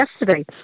yesterday